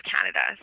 Canada